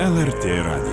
lrt radijas